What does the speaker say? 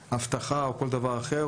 אבטחה או כל דבר אחר,